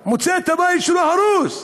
מוצא את הבית שלו הרוס.